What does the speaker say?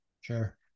Sure